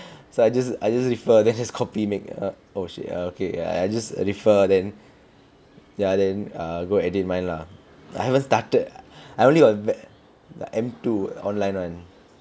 so I just I just refer then just copy make err oh shit okay I just refer then ya then err go edit mine lah I haven't started I only got the M two online [one]